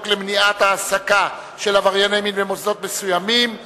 למניעת העסקה של עברייני מין במוסדות מסוימים (תיקון,